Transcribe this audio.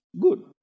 Good